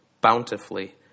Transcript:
bountifully